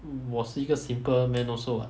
我是一个 simple man also [what]